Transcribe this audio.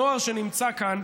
הנוער שנמצא כאן,